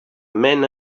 men